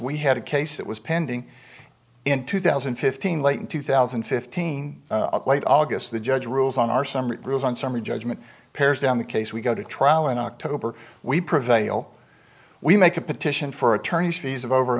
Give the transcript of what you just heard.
we had a case that was pending in two thousand and fifteen late in two thousand and fifteen late august the judge rules on our summer rules on summary judgment pairs down the case we go to trial in october we prevail we make a petition for attorneys fees of over a